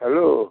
hello